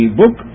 book